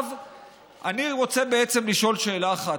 אני רוצה לשאול שאלה אחת.